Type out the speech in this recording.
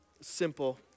simple